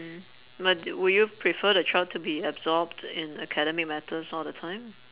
mm but would you prefer the child to be absorbed in academic matters all the time